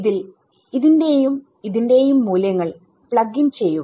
ഇതിൽ ന്റെയും ന്റെയും മൂല്യങ്ങൾ പ്ലഗ് ഇൻ ചെയ്യുക